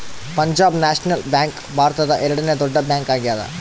Punjab national bank ಭಾರತದ ಎರಡನೆ ದೊಡ್ಡ ಬ್ಯಾಂಕ್ ಆಗ್ಯಾದ